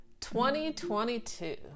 2022